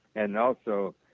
and also,